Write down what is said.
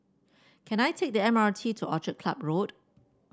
can I take the M R T to Orchid Club Road